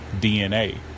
DNA